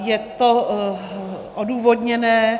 Je to odůvodněné.